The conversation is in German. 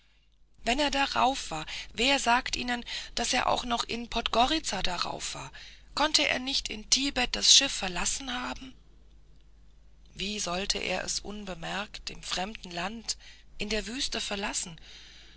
wenn er darauf war wer sagt ihnen daß er auch noch in podgoritza darauf war konnte er nicht in tibet das schiff verlassen haben wie sollte er es unbemerkt im fremden land in der wüste verlassen